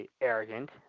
arrogant